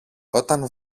όταν